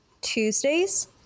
Tuesdays